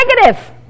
Negative